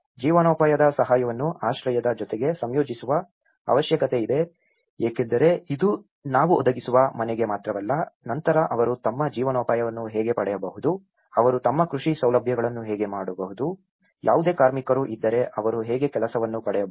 ಜೀವನೋಪಾಯದ ಸಹಾಯವನ್ನು ಆಶ್ರಯದ ಜೊತೆಗೆ ಸಂಯೋಜಿಸುವ ಅವಶ್ಯಕತೆಯಿದೆ ಏಕೆಂದರೆ ಇದು ನಾವು ಒದಗಿಸುವ ಮನೆಗೆ ಮಾತ್ರವಲ್ಲ ನಂತರ ಅವರು ತಮ್ಮ ಜೀವನೋಪಾಯವನ್ನು ಹೇಗೆ ಪಡೆಯಬಹುದು ಅವರು ತಮ್ಮ ಕೃಷಿ ಸೌಲಭ್ಯಗಳನ್ನು ಹೇಗೆ ಮಾಡಬಹುದು ಯಾವುದೇ ಕಾರ್ಮಿಕರು ಇದ್ದರೆ ಅವರು ಹೇಗೆ ಕೆಲಸವನ್ನು ಪಡೆಯಬಹುದು